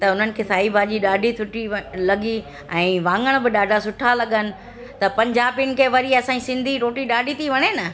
त उन्हनि खे साई भाॼी ॾाढी सुठी वणी लॻी ऐं वांगण बि ॾाढा सुठा लॻनि त पंजाबीन खे वरी असांजी सिंधी रोटी ॾाढी थी वणे न